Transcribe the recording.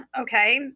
okay